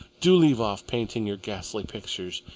do leave off painting your ghastly pictures.